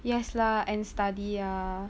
yes lah and study ah